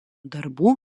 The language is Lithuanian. darbų